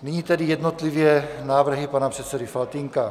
Nyní tedy jednotlivě návrhy pana předsedy Faltýnka.